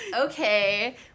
okay